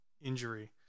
injury